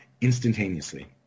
instantaneously